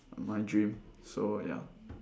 my dream so ya